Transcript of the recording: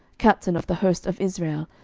captain of the host of israel,